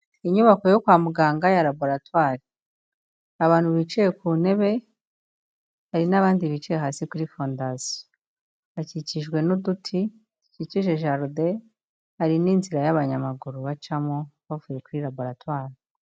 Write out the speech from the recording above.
Inyubako yo kwa muganga ya laboratware. Abantu bicaye ku ntebe hari n'abandi bicaye hasi kuri fondasiyo. Bakikijwe n'uduti dukikije jaride hari n'inzira y'abanyamaguru bacamo bavuye kuri laboratware.